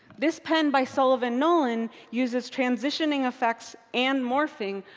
this pen by sullivan nolan uses transition effects and morphing.